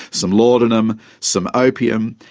some laudanum, some opium,